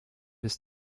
his